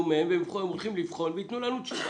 מהם והם הולכים לבחון וייתנו לנו תשובה.